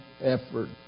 effort